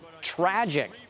tragic